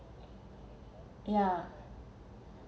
yeah